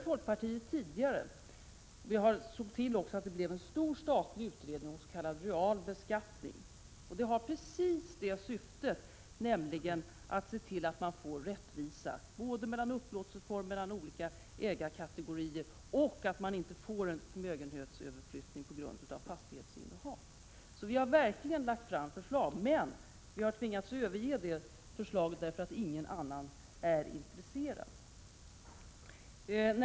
Folkpartiet såg till att det tillsattes en stor statlig utredning om s.k. real beskattning, och den har just syftet att se till att det skapas rättvisa både mellan upplåtelseformerna och mellan olika ägarkategorier samt att det inte sker en förmögenhetsöverflyttning på grund av fastighetsinnehav. Folkpartiet har alltså verkligen lagt fram förslag, men vi har tvingats överge dem därför att ingen annan varit intresserad.